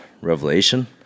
Revelation